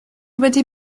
wedi